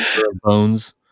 bones